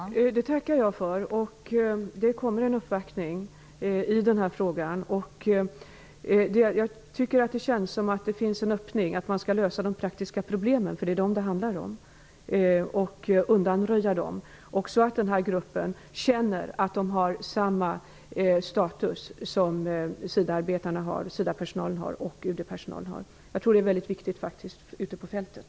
Fru talman! Det tackar jag för. Det kommer en uppvaktning i den här frågan. Det känns som om det finns en öppning och att vi skall kunna lösa de praktiska problemen. Det är dessa det handlar om. Det gäller att undanröja dem så att den här gruppen känner att de har samma status som SIDA och UD-personalen har. Jag tror att det är mycket viktigt ute på fältet.